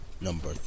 Number